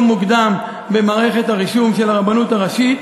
מוקדם במערכת הרישום של הרבנות הראשית,